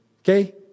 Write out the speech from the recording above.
okay